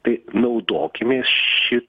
tai naudokimės ši